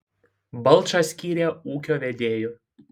balčą skyrė ūkio vedėju